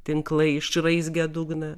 tinklai išraizgę dugną